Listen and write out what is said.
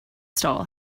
stall